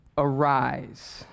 arise